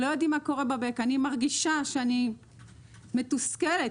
אני מרגישה שאני מתוסכלת,